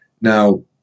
Now